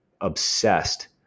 obsessed